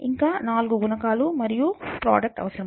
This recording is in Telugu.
ఇంకా నాలుగు గుణకాలు మరియు ప్రోడక్ట్ అవసరం